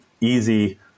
easy